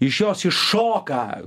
iš jos iššoka